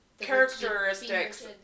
characteristics